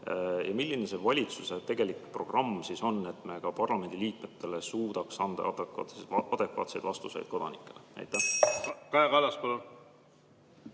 milline on valitsuse tegelik programm, selleks et me ka parlamendiliikmetena suudaks anda adekvaatseid vastuseid kodanikele. Aitäh!